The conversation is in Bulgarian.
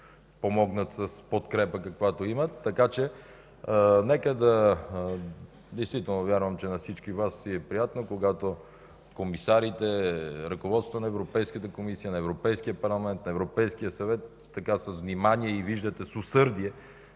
помогне с подкрепата, каквато имат. Действително вярвам, че на всички Ви е приятно, когато комисарите, ръководството на Европейската комисия, на Европейския парламент, на Европейския съвет с внимание, и виждате, с усърдие,